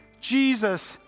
Jesus